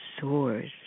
soars